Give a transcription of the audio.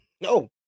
No